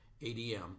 ADM